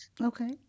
Okay